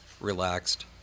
relaxed